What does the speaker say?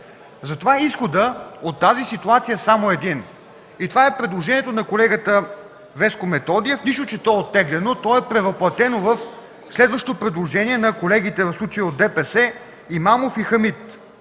колеги. Изходът от тази ситуация е само един: предложението на колегата Веско Методиев, нищо, че то е оттеглено. То е превъплътено в следващо предложение на колегите, в случая от ДПС – Имамов и Хамид.